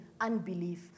unbelief